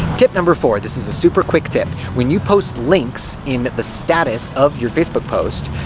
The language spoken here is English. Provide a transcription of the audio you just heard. tip number four, this is a super-quick tip. when you post links in the status of your facebook post,